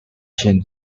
jean